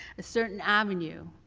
a certain avenue,